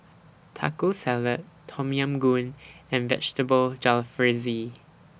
Taco Salad Tom Yam Goong and Vegetable Jalfrezi